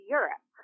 Europe